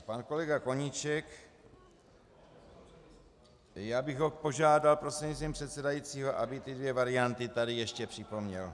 Pan kolega Koníček já bych ho požádal prostřednictvím předsedajícího, aby ty dvě varianty tady ještě připomněl.